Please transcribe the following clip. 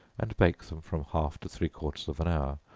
and bake them from half to three-quarters of an hour,